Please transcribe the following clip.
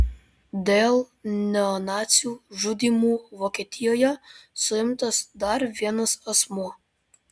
dėl neonacių žudymų vokietijoje suimtas dar vienas asmuo